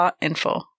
Info